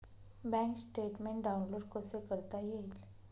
Bank statement download कसे करता येईल?